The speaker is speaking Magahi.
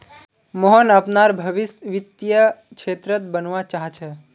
मोहन अपनार भवीस वित्तीय क्षेत्रत बनवा चाह छ